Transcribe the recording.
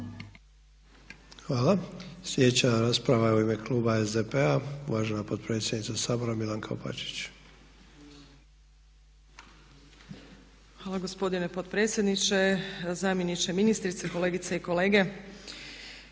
Hvala. Sljedeća rasprava je u ime Kluba SDP-a, uvažena potpredsjednica Sabora Milanka Opačić. **Opačić, Milanka (SDP)** Hvala gospodine potpredsjedniče. Zamjeniče ministrice, kolegice i kolege.